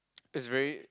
it's very